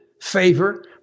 favor